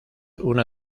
una